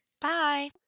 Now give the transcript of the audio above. bye